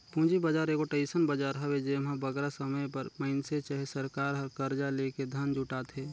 पूंजी बजार एगोट अइसन बजार हवे जेम्हां बगरा समे बर मइनसे चहे सरकार हर करजा लेके धन जुटाथे